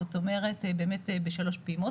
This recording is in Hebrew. זאת אומרת באמת בשלוש פעימות.